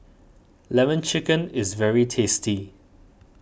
Lemon Chicken is very tasty